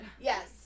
Yes